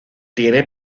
tiene